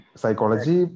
psychology